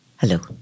Hello